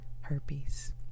herpes